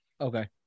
Okay